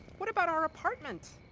what about our apartment?